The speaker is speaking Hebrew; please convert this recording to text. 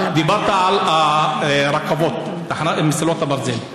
בנוסף, דיברת על הרכבות, מסילות הברזל.